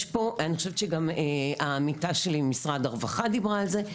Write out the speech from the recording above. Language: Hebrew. גם העמיתה שלי ממשרד הרווחה דיברה על זה.